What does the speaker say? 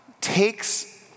takes